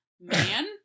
man